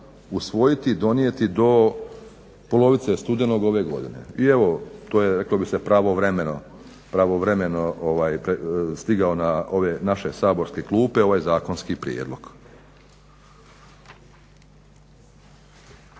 usvojiti i donijeti do polovice studenog ove godine. I evo to je reklo bi se pravovremeno stigao na ove naše saborske klupe ovaj zakonski prijedlog.